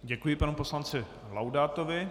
Děkuji panu poslanci Laudátovi.